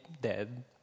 dead